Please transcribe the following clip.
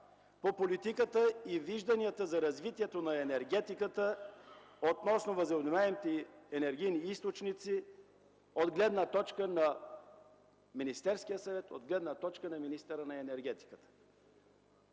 по политиката и вижданията за развитието на енергетиката относно възобновяемите енергийни източници от гледна точка на Министерския съвет, от гледна точка на министъра на енергетиката.